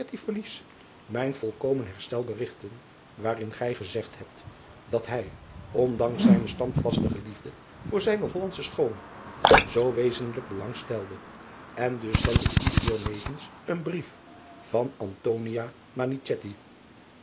mijn volkomen herstel berigten waarin gij gezegd hebt dat hij ondanks zijne standvastige liefde voor zijne ollandsche schoone een zoo wezenlijk belang stelde en dus zend ik u hiernevens een brief van